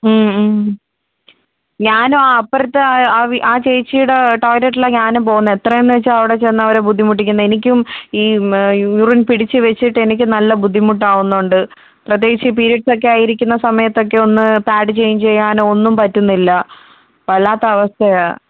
മ് മ് ഞാനും ആ അപ്പുറത്ത് ആ വി ആ ചേച്ചിയുടെ ടോയ്ലറ്റിലാണ് ഞാനും പോകുന്നത് എത്ര എന്ന് വെച്ചാണ് അവിടെ ചെന്ന് അവരെ ബുദ്ധിമുട്ടിക്കുന്നത് എനിക്കും ഈ യൂറിൻ പിടിച്ച് വെച്ചിട്ടെനിക്ക് നല്ല ബുദ്ധിമുട്ടാകുന്നുണ്ട് പ്രത്യേകിച്ച് പീരീഡ്സക്കെ ആയിരിക്കുന്ന സമയത്തൊക്കെ ഒന്ന് പാഡ് ചേഞ്ച് ചെയ്യാനൊ ഒന്നും പറ്റുന്നില്ല വല്ലാത്ത അവസ്ഥയാണ്